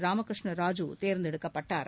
ராமகிருஷ்ண ராஜூ தேர்ந்தெடுக்கப்பட்டார்